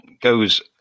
goes